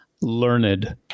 learned